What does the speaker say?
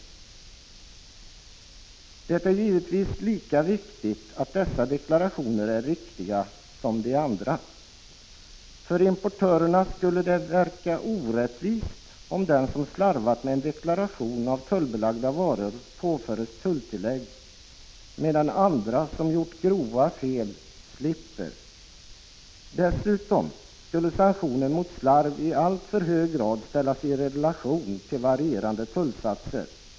RR ot Det är givetvis lika viktigt att dessa deklarationer är riktiga som att de andra är det. För importörerna skulle det verka orättvist om den som slarvat med en deklaration av tullbelagda varor påförs tulltillägg, medan andra, som gjort grova fel, slipper betala tulltillägg. Dessutom skulle sanktionen mot slarv i alltför hög grad ställas i relation till varierande tullsatser.